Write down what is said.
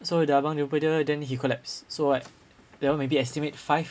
so dia abang jumpa dia then he collapsed so I that one maybe estimate five